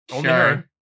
Sure